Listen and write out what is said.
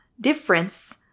difference